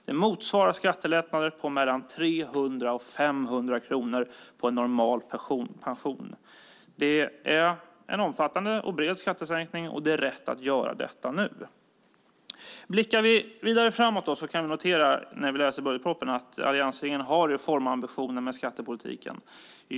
Den motsvarar skattelättnader på mellan 300 och 500 kronor på en normal pension. Det är en omfattande och bred skattesänkning, och det är rätt att göra den nu. Blickar vi framåt kan vi när vi läser budgetpropositionen notera att alliansregeringen har reformambitioner med skattepolitiken.